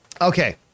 Okay